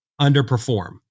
underperform